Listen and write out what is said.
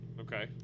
Okay